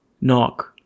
Knock